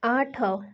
ଆଠ